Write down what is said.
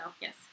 yes